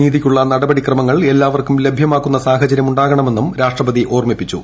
നീതിക്കുള്ള നടപടി ക്രമങ്ങൾ എല്ലാവർക്കും ലഭ്യമാക്കുന്ന സാഹചര്യമുണ്ടാകണമെന്നും രാഷ്ട്രപതി ഓർമ്മിപ്പിച്ചു